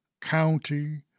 County